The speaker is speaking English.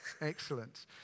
Excellent